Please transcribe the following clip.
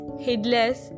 headless